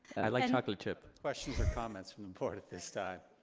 i like chocolate chip. questions or comments from the board at this time?